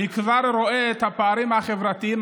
אני כבר רואה את הפערים החברתיים